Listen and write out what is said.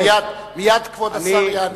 מייד כבוד השר יענה,